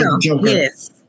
Yes